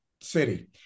city